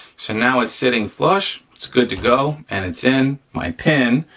so now it's sitting flush, it's good to go, and it's in my pin.